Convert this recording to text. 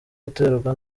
guterwa